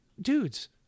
dudes